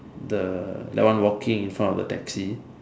the that one walking in front of the taxi